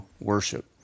worship